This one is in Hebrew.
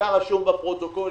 העיקר שזה רשום בפרוטוקול.